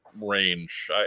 range